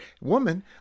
Woman